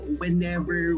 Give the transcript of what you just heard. whenever